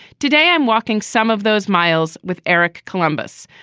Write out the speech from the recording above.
today, i'm walking some of those miles with eric columbus',